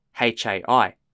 H-A-I